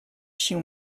she